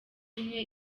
imwe